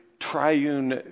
triune